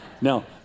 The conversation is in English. No